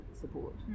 support